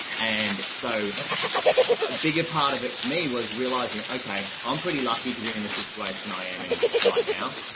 and so a bigger part of it, for me was realizing, okay, i'm pretty lucky to be in the situation i am in right now.